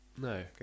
no